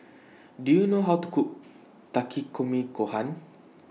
Do YOU know How to Cook Takikomi Gohan